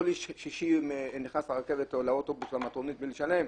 כל איש שלישי נכנס לאוטובוס או למטרונית בלי לשלם.